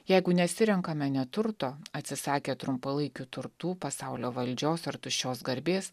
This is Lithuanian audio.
jeigu nesirenkame neturto atsisakę trumpalaikių turtų pasaulio valdžios ar tuščios garbės